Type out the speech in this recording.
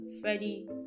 Freddie